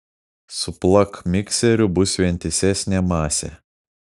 suplak mikseriu bus vientisesnė masė